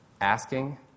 asking